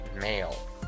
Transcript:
male